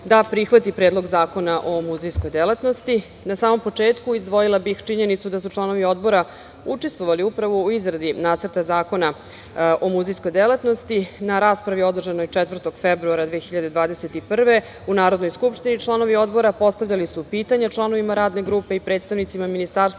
da prihvati Predlog zakona o muzejskoj delatnosti. Na samom početku, izdvojila bih činjenicu da su članovi Odbora učestvovali upravo u izradi Nacrta zakona o muzejskoj delatnosti. Na raspravi održanoj 4. februara 2021. godine, u Narodnoj skupštini, članovi Odbora postavljali su pitanja članovima radne grupe i predstavnicima ministarstava